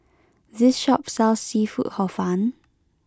this shop sells seafood Hor Fun